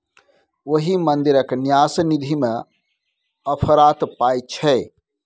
ओहि मंदिरक न्यास निधिमे अफरात पाय छै